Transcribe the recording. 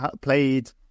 Played